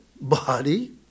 body